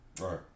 Right